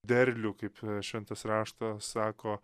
derlių kaip šventas raštas sako